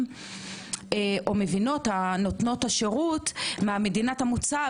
או מבינות נותנות השירות ממדינת המוצא,